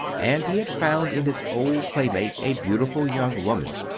and he had found in his old playmate a beautiful young woman,